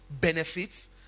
benefits